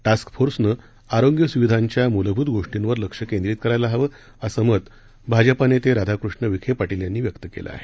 task फोर्सनं आरोग्य सुविधांच्या मुलभूत गोष्टींवर लक्ष केंद्रीत करायला हवं असं मत भाजपा नेते राधाकृष्ण विखे पाटील यांनी व्यक्त केलं आहे